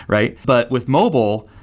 right? but with mobile,